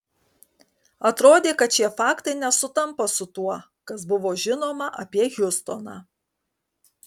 atrodė kad šie faktai nesutampa su tuo kas buvo žinoma apie hiustoną